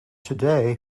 today